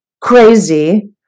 crazy